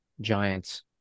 Giants